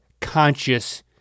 conscious